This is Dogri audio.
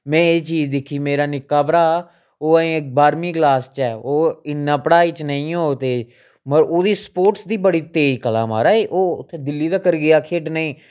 में एह् चीज़ दिक्खी मेरा निक्का भ्राऽ ओह् अजें बाह्रमीं क्लास च ऐ ओह् इन्ना पढ़ाई च नेईं होग तेज़ मगर ओह्दी स्पोट्स दी बड़ी तेज़ कला महाराज ओह् उत्थें दिल्ली तगर गेआ खेढने गी